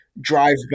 drive